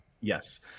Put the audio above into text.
Yes